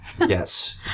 Yes